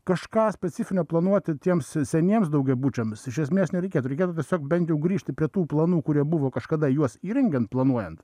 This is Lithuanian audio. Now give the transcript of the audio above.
kažką specifinio planuoti tiems seniems daugiabučiams iš esmės nereikėtų reikėtų tiesiog bent jau grįžti prie tų planų kurie buvo kažkada juos įrengiant planuojant